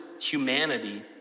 humanity